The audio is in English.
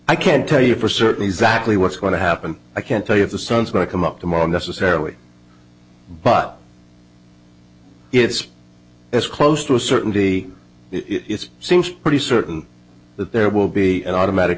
i can't tell you for certain exactly what's going to happen i can't tell you if the sun's going to come up tomorrow necessarily but it's as close to a certainty it's seems pretty certain that there will be an automatic